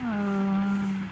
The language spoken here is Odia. ଓ